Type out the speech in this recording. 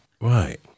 Right